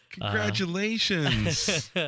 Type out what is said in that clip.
Congratulations